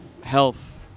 health